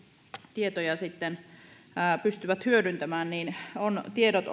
tietoja pystyvät hyödyntämään tiedot